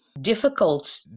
difficult